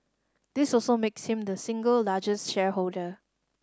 this also makes him the single largest shareholder